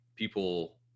people